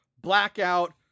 Blackout